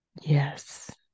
yes